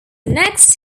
next